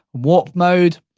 warp mode,